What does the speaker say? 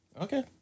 Okay